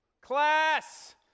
class